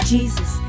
Jesus